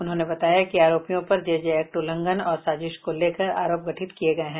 उन्होंने बताया कि आरोपियों पर जेजे एक्ट उल्लंघन और साजिश को लेकर आरोप गठित किये गये हैं